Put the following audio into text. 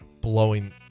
blowing